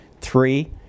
Three